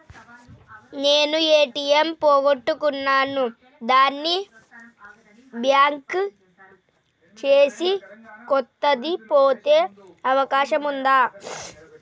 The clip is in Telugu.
నేను ఏ.టి.ఎం పోగొట్టుకున్నాను దాన్ని బ్లాక్ చేసి కొత్తది పొందే అవకాశం ఉందా?